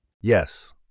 Yes